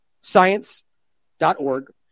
science.org